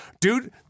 Dude